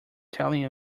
telling